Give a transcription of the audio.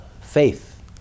faith